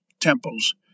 temples